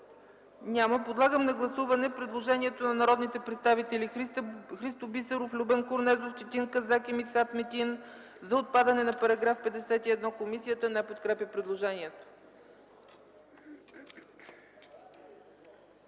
Подлагам на гласуване предложението на народните представители Христо Бисеров, Любен Корнезов, Четин Казат и Митхат Метин за отпадане на § 51 – комисията не подкрепя предложението.